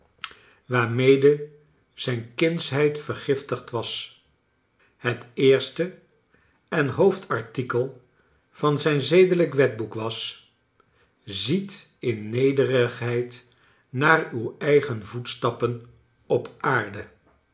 waarmede zijn kindsheid vergiftigd was het eerste en hoofdartikel van zijn zedelijk wetboek was ziet in nederigheid naar uw eigen voetstappen op aarde